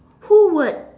who would